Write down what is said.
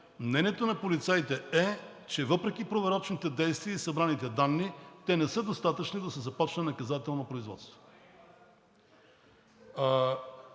Мнението на полицаите е, че въпреки проверочните действия и събраните данни, те не са достатъчни да се започне наказателно производство.